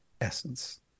essence